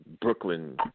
Brooklyn